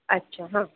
आच्छा हां